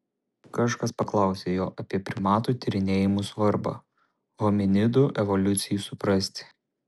kažkas paklausė jo apie primatų tyrinėjimų svarbą hominidų evoliucijai suprasti